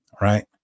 Right